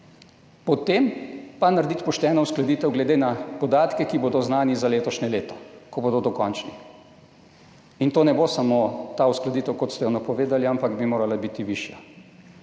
potem pa narediti pošteno uskladitev glede na podatke, ki bodo znani za letošnje leto, ko bodo dokončni. In to ne bo samo ta uskladitev, kot ste jo napovedali, ampak bi morala biti višja,